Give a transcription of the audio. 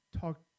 talk